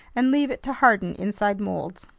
and leave it to harden inside molds.